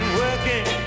working